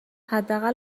حداقل